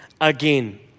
again